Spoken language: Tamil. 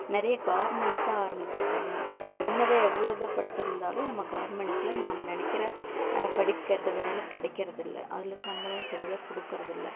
நிறைய கார்மண்ட்ஸ் தான் ஆரம்பித்திருக்காங்க என்னதான் எவ்வளோதான் படித்திருந்தாலும் நம்ம கார்மண்ட்ஸில் நாம நெனைக்கிற படிப்புக்கேற்ற வேலை கிடைக்கிறதில்ல அதில் சம்பளம் சரியாக கொடுக்குறதில்ல